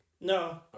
No